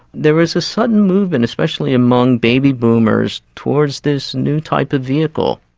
there was a sudden movement, especially among baby-boomers, towards this new type of vehicle.